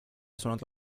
suonato